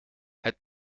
het